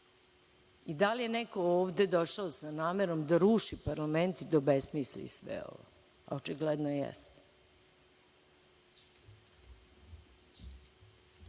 i da li je neko ovde došao sa namerom da ruši parlament i da obesmisli sve ovo, a očigledno